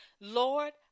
Lord